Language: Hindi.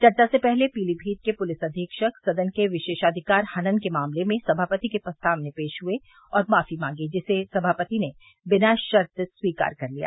चर्चा से पहले पीलीमीत के पुलिस अधीक्षक सदन के विरोषाधिकार हनन के मामले में समापति के सामने पेश हुए और माफी मांगी जिसे समापति ने बिना शर्त स्वीकार कर लिया